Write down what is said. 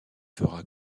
fera